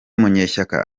munyeshyaka